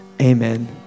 Amen